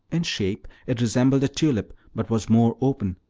in shape it resembled a tulip, but was more open,